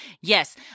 yes